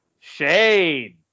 Shade